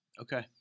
Okay